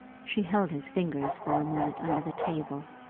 she held his fingers for a moment under the table.